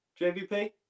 JVP